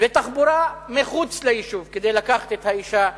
ותחבורה מחוץ ליישוב, כדי לקחת את האשה לעבודה,